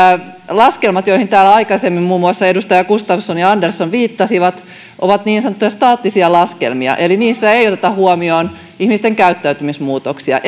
laskelmat joihin täällä aikaisemmin muun muassa edustajat gustafsson ja andersson viittasivat ovat niin sanottuja staattisia laskelmia eli niissä ei oteta huomioon ihmisten käyttäytymismuutoksia